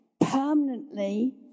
permanently